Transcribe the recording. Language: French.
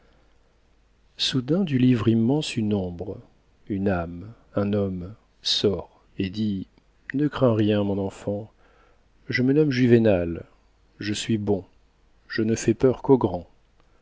soudain du livre immense une ombre une âme un homme sort et dit ne crains rien mon enfant je me nomme juvénal je suis bon je ne fais peur qu'aux grands